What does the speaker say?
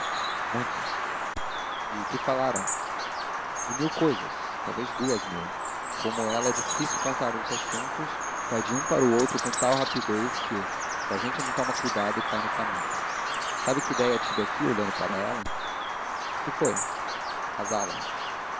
muito de que falaram de mil cousas talvez duas mil com ela é difícil contar os assuntos vai de um para outro com tal rapidez que se a gente não toma cuidado cai no caminho sabe que idéia tive aqui olhando para ela que foi